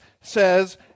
says